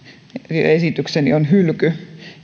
esitykseni on hylky